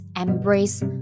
embrace